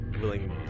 willing